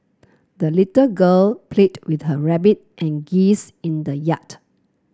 the little girl played with her rabbit and geese in the yard